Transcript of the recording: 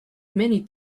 many